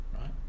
right